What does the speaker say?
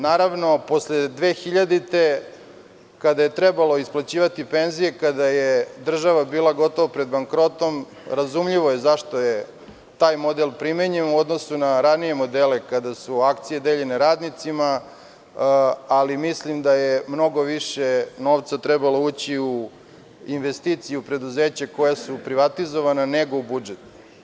Naravno, posle 2000. godine, kada je trebalo isplaćivati penzije, kada je država bila gotovo pred bankrotom, razumljivo je zašto je taj model primenjivan u odnosu na ranije modele kada su akcije deljene radnicima, ali mislim da je mnogo više novca trebalo ući u investiciju preduzeća koja su privatizovana nego u budžet.